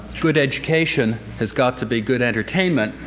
good education has got to be good entertainment,